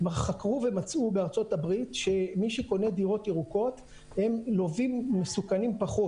חקרו ומצאו בארה"ב שמי שקונה דירות ירוקות הם לווים מסוכנים פחות.